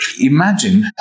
Imagine